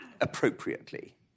appropriately